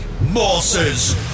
Morses